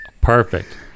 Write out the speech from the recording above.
Perfect